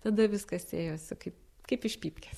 tada viskas ėjosi kaip kaip iš pypkės